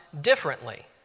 differently